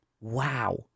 Wow